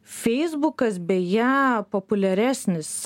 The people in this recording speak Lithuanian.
feisbukas beje populiaresnis